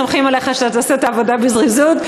סומכים עליך שתעשה את העבודה בזריזות.